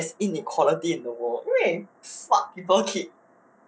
that's why there's inequality in the world eh 因为 smart people keep